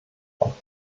auf